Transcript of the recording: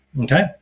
okay